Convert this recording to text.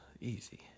Easy